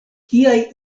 kiaj